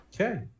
Okay